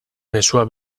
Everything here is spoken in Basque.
mezua